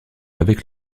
avec